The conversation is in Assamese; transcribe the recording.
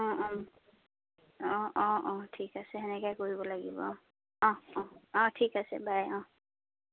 অঁ অঁ অঁ অঁ ঠিক আছে সেনেকৈয়ে কৰিব লাগিব অহ অহ অহ অঁ ঠিক আছে বাই অঁ